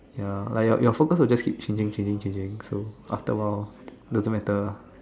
ya like your your focus will just keep changing changing changing so after a while doesn't matter lah